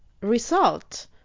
result